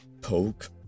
poke